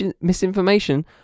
misinformation